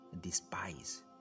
despise